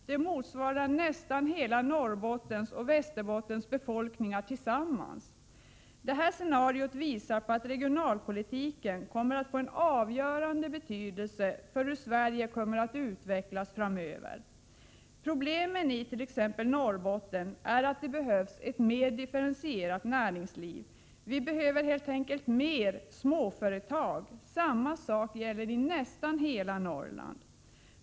Det motsvarar nästan Norrbottens och Västerbottens befolkningar tillsammans. Det här scenariot visar på att regionalpolitiken kommer att få en avgörande betydelse för hur Sverige kommer att utvecklas framöver. Vad som behövsit.ex. Norrbotten är ett mer differentierat näringsliv. Vi behöver helt enkelt fler småföretag. Samma sak gäller i nästan hela Norrland.